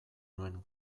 nuen